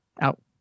out